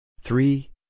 three